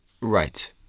Right